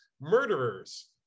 murderers